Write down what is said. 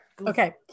Okay